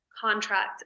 contract